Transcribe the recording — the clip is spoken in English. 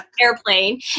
airplane